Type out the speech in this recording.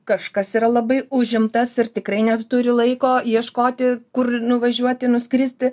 kažkas yra labai užimtas ir tikrai neturi laiko ieškoti kur ir nuvažiuoti nuskristi